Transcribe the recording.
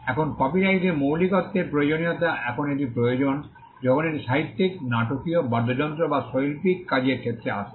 এখন কপিরাইটে মৌলিকত্বের প্রয়োজনীয়তা এখন এটি প্রয়োজন যখন এটি সাহিত্যিক নাটকীয় বাদ্যযন্ত্র বা শৈল্পিক কাজের ক্ষেত্রে আসে